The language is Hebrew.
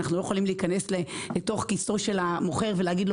אנחנו לא יכולים להיכנס לתוך כיסו של המוכר ולהגיד לו